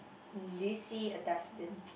um do you see a dustbin